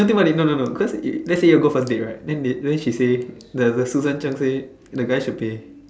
no think about it no no no cause let's say you all go for date right then they then she say the the Susan-Cheong say the guy should pay